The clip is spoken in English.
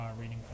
reading